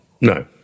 No